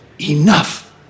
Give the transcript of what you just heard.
enough